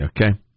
okay